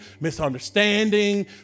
misunderstanding